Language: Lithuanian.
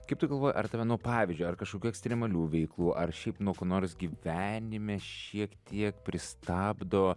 kaip tu galvoji ar tave nu pavyzdžiui ar kažkokių ekstremalių veiklų ar šiaip nuo ko nors gyvenime šiek tiek pristabdo